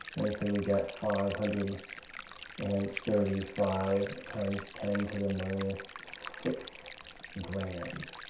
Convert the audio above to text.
and so we get five hundred and thirty five times ten to the minus six grams.